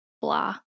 blah